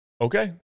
okay